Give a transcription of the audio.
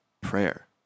prayer